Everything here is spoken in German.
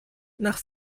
nach